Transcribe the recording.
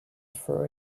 for